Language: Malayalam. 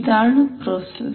ഇതാണ് പ്രൊസസ്സ്